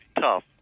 tough